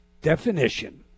definition